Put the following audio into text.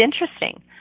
interesting